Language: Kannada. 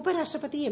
ಉಪರಾಷ್ಟ ಪತಿ ಎಂ